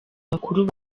bakuru